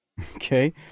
Okay